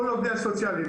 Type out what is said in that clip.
כל העובדים הסוציאליים,